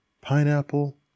pineapple